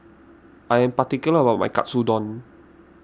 I am particular about my Katsudon